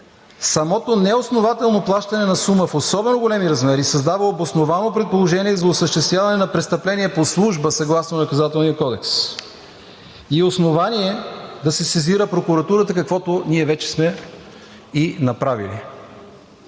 Самото неоснователно плащане на сума в особено големи разбери създава обосновано предположение за осъществяване на престъпление по служба съгласно Наказателния кодекс и основание да се сезира прокуратурата, каквото ние вече сме и направили.